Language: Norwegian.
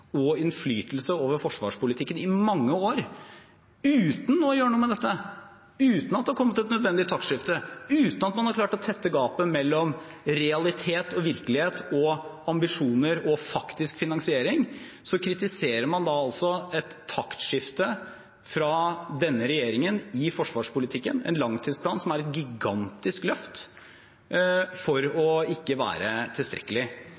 og innflytelse over forsvarspolitikken i mange år, uten å ha gjort noe med dette, uten at det har kommet et nødvendig taktskifte, uten at man har klart å tette gapet mellom realitet og ambisjoner og faktisk finansiering, kritiserer et taktskifte fra denne regjeringen i forsvarspolitikken – en langtidsplan som er et gigantisk løft – for ikke å være tilstrekkelig.